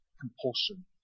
compulsion